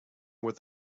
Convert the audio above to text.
with